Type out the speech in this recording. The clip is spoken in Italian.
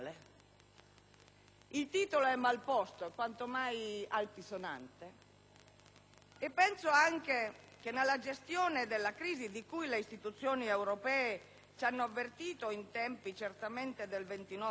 un titolo mal posto e quanto mai altisonante. Ed anche nella gestione della crisi, di cui le istituzioni europee ci hanno avvertito in tempo - certamente non